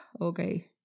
Okay